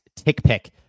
TickPick